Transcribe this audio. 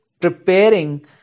preparing